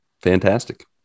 Fantastic